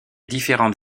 différentes